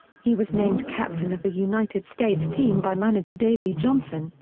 he was named captain of the united states team by manager davey johnson,